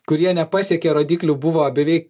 kurie nepasiekė rodiklių buvo beveik